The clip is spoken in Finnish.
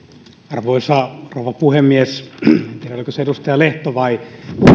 arvoisa rouva puhemies en tiedä oliko se edustaja lehto vai kuka joka